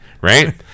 right